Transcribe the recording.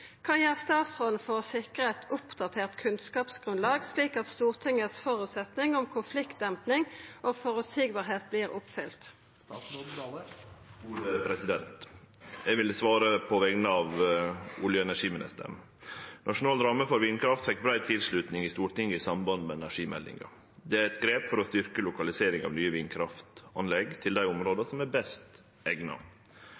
statsråden for å sikre et oppdatert kunnskapsgrunnlag slik at Stortingets forutsetning om konfliktdemping og forutsigbarhet blir oppfylt?» Eg vil svare på vegner av olje- og energiministeren. Nasjonal ramme for vindkraft fekk brei tilslutning i Stortinget i samband med behandlinga av energimeldinga. Det er eit grep for å styrkje lokalisering av nye vindkraftanlegg til dei områda